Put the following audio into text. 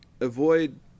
avoid